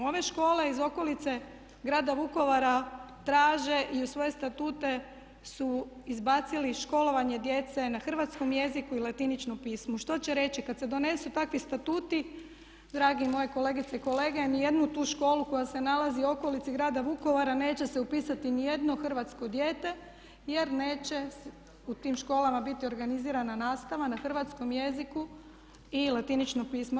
Ove škole iz okolice Grada Vukovara traže i u svoje statute su izbacili školovanje djece na hrvatskom jeziku i latiničnom pismu što će reći kad se donesu takvi statuti dragi moji kolegice i kolege ni jednu tu školu koja se nalazi u okolici Grada Vukovara neće se upisati ni jedno hrvatsko dijete jer neće u tim školama biti organizirana nastava na hrvatskom jeziku i latiničnom pismu.